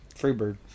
Freebird